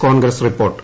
Congress report